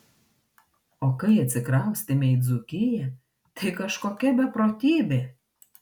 o kai atsikraustėme į dzūkiją tai kažkokia beprotybė